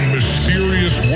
Mysterious